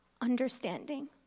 understanding